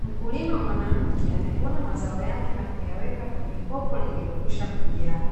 Mkulima mwanamke amevuna mazao yake na kuyaweka kwenye kopo lililokwishakujaa,